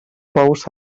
bous